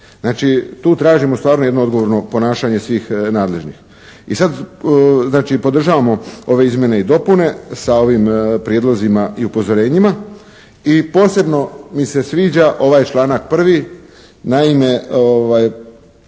tu tražimo stvarno jedno odgovorno ponašanje svih nadležnih. I sad, znači, podržavamo ove izmjene i dopune sa ovim prijedlozima i upozorenjima. I posebno mi se sviđa ovaj članak 1. Naime,